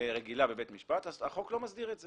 רגילה בבית משפט אז החוק לא מסדיר את זה.